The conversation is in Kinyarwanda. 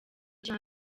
cya